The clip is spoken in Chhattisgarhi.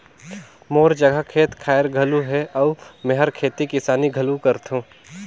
मोर जघा खेत खायर घलो हे अउ मेंहर खेती किसानी घलो करथों